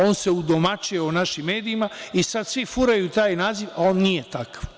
On se odomaćio u našim u medijima i sad svi furaju taj naziv, a on nije takav.